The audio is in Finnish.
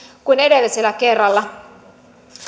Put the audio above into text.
kuin edellisellä kerralla